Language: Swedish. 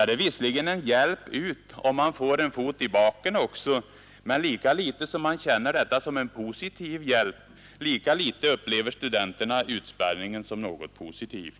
Det är visserligen ”en hjälp ut” om man får en fot i baken, men lika litet som man känner detta som en positiv hjälp, lika litet upplever studenterna utspärrningen som något positivt.